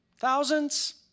thousands